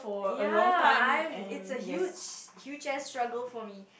ya I have it's a huge huge ass struggle for me